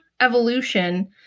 evolution